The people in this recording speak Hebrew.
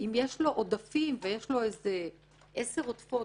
אם יש לו עודפות, אפילו עשר עודפות.